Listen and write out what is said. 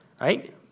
right